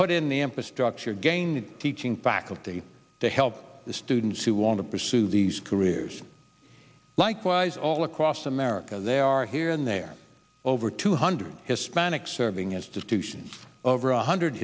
put in the ampa structure again teaching faculty to help the students who want to pursue these careers likewise all across america they are here and there are over two hundred hispanic serving institutions over one hundred